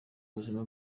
buzima